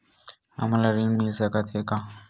हमन ला ऋण मिल सकत हे का?